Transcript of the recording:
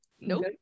Nope